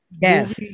Yes